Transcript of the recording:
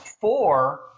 Four